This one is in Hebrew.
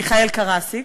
מיכאל קרסיק,